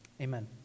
Amen